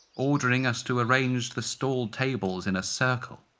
ordering us to arrange the stall tables in a circle.